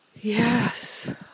Yes